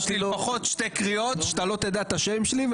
לפחות שתי קריאות שאתה לא תדע את השם שלי,